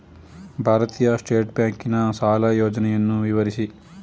ಭಾರತೀಯ ಸ್ಟೇಟ್ ಬ್ಯಾಂಕಿನ ಸಾಲ ಯೋಜನೆಯನ್ನು ವಿವರಿಸಿ?